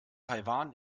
taiwan